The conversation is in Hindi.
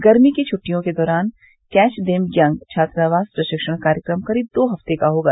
गर्मी की छुट्टियों के दौरान कैच देम यंग छात्रावास प्रशिक्षण कार्यक्रम क्रीब दो हफ्ते का होगा